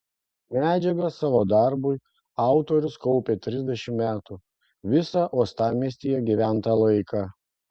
medžiagą savo darbui autorius kaupė trisdešimt metų visą uostamiestyje gyventą laiką